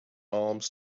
alms